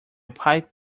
pipe